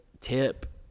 tip